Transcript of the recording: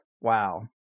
Wow